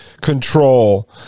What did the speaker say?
control